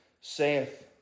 Saith